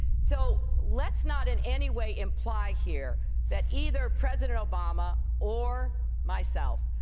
so, let's not in anyway imply here that either president obama or myself,